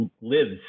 lives